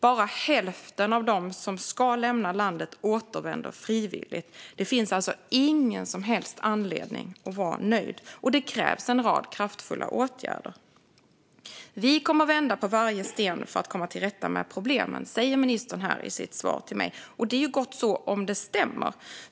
Bara hälften av dem som ska lämna landet återvänder frivilligt. Det finns alltså ingen som helst anledning att vara nöjd, utan det krävs en rad kraftfulla åtgärder. Vi kommer att vända på varje sten för att komma till rätta med problemen, säger ministern i sitt svar till mig. Det är gott så, om det stämmer.